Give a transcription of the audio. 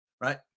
right